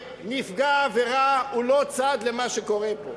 שנפגע עבירה הוא לא צד למה שקורה פה,